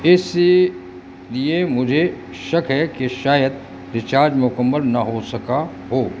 اسی لیے مجھے شک ہے کہ شاید ریچارج مکمل نہ ہو سکا ہو